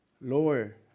lower